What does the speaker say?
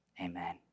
Amen